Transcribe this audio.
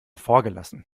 vorgelassen